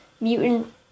mutant